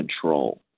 control